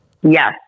Yes